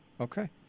Okay